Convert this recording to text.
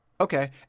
okay